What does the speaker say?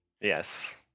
Yes